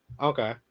Okay